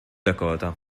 dakota